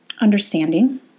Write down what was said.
understanding